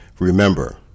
Remember